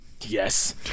yes